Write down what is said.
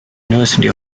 university